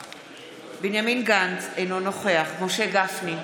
בנימין גנץ, אינו נוכח משה גפני,